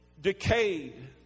decayed